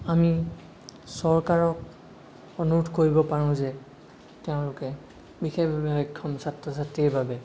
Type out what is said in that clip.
আমি চৰকাৰক অনুৰোধ কৰিব পাৰোঁ যে তেওঁলোকে বিশেষভাৱে সক্ষম ছাত্ৰ ছাত্ৰীৰ বাবে